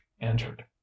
entered